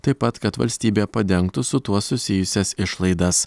taip pat kad valstybė padengtų su tuo susijusias išlaidas